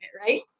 right